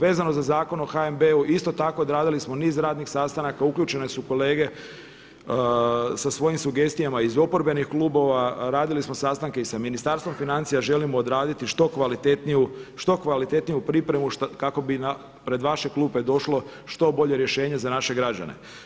Vezano za Zakon o HNB-u isto tako odradili smo niz radnih sastanaka, uključene su kolege sa svojim sugestijama iz oporbenih klubova, radili smo sastanke sa Ministarstvom financija, želimo odraditi što kvalitetniju pripremu kako bi pred vaše klupe došlo što bolje rješenje za naše građane.